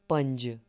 पंज